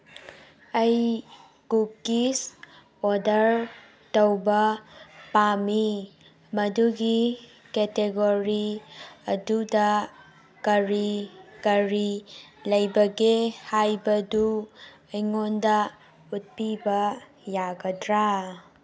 ꯑꯩ cookies order ꯇꯧꯕ ꯄꯥꯝꯃꯤ ꯃꯗꯨꯒꯤ ꯀꯦꯇꯦꯒꯣꯔꯤ ꯑꯗꯨꯗ ꯀꯔꯤ ꯀꯔꯤ ꯂꯩꯕꯒꯦ ꯍꯥꯏꯕꯗꯨ ꯑꯩꯉꯣꯟꯗ ꯎꯠꯄꯤꯕ ꯌꯥꯒꯗ꯭ꯔꯥ